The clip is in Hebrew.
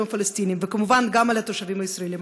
הפלסטינים וכמובן גם על התושבים הישראלים,